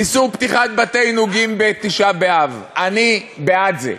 איסור פתיחת בתי-עינוגים בתשעה באב, אני בעד זה,